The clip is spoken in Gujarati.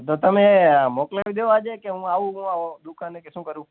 તો તમે મોકલાવી દો આજે કે હું આવું હું દુકાને કે શું કરું